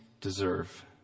deserve